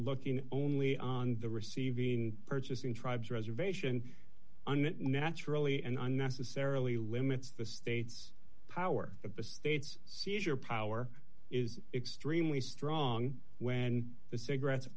looking only on the receiving purchasing tribe's reservation and it naturally and unnecessarily limits the state's power of the state's seizure power is extremely strong when the cigarettes